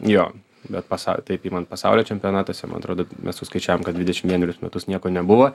jo bet pasa taip imant pasaulio čempionatuose man atrodo mes suskaičiavom kad dvidešim vienerius metus nieko nebuvo